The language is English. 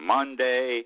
Monday